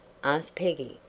asked peggy,